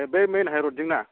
ए बे मेइन हाइरड जोंना